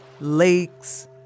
lakes